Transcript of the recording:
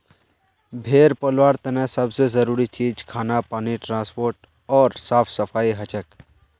भेड़ पलवार तने सब से जरूरी चीज खाना पानी ट्रांसपोर्ट ओर साफ सफाई हछेक